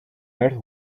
earth